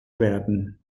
werden